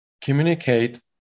communicate